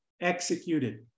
executed